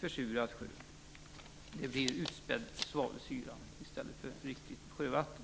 försurade sjöar, utspädd svavelsyra i stället för riktigt sjövatten.